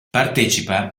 partecipa